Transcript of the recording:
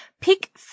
Pick